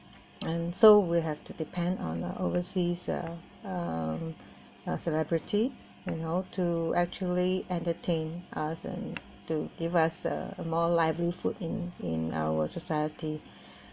and so we'll have to depend on overseas uh uh celebrity you know to actually entertain us and to give us a more liv~ in in our society